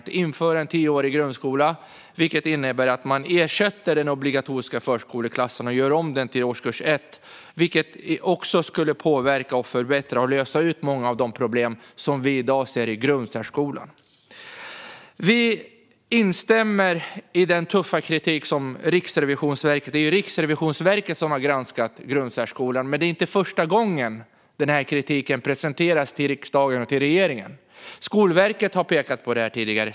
Att införa tioårig grundskola, vilket innebär att man ersätter den obligatoriska förskoleklassen och gör om den till årskurs 1, skulle påverka och förbättra och lösa många av de problem som vi i dag ser i grundsärskolan. Vi instämmer i den tuffa kritiken från Riksrevisionen. Det är Riksrevisionen som har granskat grundsärskolan, men det är inte första gången denna kritik presenteras för riksdagen och regeringen. Skolverket har pekat på detta tidigare.